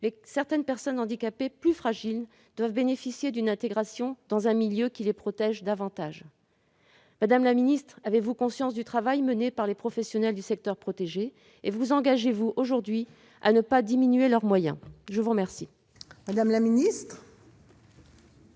certaines personnes handicapées, plus fragiles, doivent bénéficier d'une intégration dans un milieu qui les protège davantage. Avez-vous conscience du travail mené par les professionnels du secteur protégé, et vous engagez-vous aujourd'hui à ne pas diminuer leurs moyens ? La parole est à Mme la secrétaire